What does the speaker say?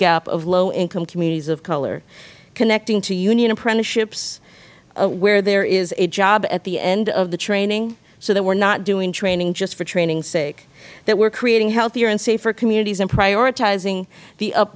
gap of low income communities of color connecting to union apprenticeships where there is a job at the end of the training so that we are not doing training just for training's sake that we are creating healthier and safer communities and prioritizing the